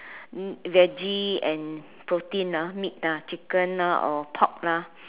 mm veggie and protein ah meat lah chicken ah or pork lah